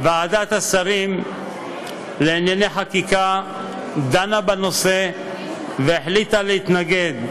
ועדת השרים לענייני חקיקה דנה בנושא והחליטה להתנגד,